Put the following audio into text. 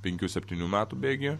penkių septynių metų bėgyje